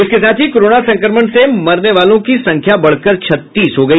इसके साथ ही कोरोना संक्रमण से मरने वालों की संख्या बढ़कर छत्तीस हो गई